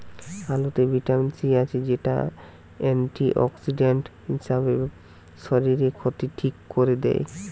আলুতে vitamin C আছে, যেটা অ্যান্টিঅক্সিডেন্ট হিসাবে শরীরের ক্ষতি ঠিক কোরে দেয়